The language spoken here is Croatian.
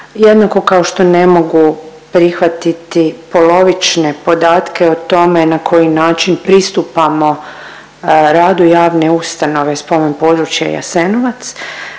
jednako kao što ne mogu prihvatiti polovične podatke o tome na koji način pristupamo radu Javne ustanove Spomen-područja Jasenovac